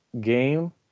game